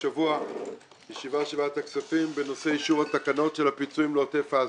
השבוע ישיבה של ועדת הכספים בנושא אישור התקנות של הפיצויים לעוטף עזה.